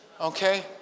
Okay